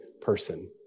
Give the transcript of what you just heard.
person